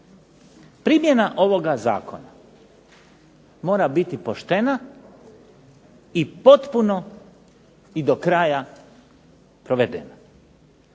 Primjena ovoga zakona mora biti poštena i potpuno i do kraja provedena,